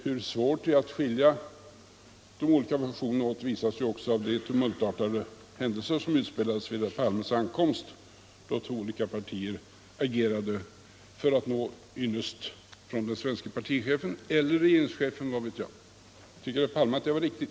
Hur svårt det är att skilja de båda funktionerna åt visade ju också de tumultartade händelser som utspelades vid herr Palmes ankomst, då två olika partier agerade för att vinna den svenske partichefens ynnest — eller regeringschefens ynnest, vad vet jag? Tycker herr Palme att det var riktigt?